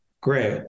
Great